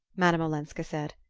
madame olenska said,